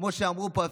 כמו שאמרו פה,